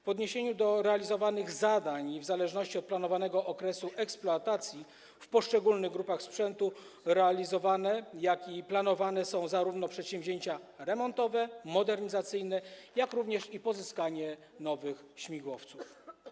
W odniesieniu do realizowanych zadań i w zależności od planowanego okresu eksploatacji w poszczególnych grupach sprzętu realizowane i planowane są zarówno przedsięwzięcia remontowe czy modernizacyjne, jak i pozyskanie nowych śmigłowców.